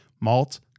malt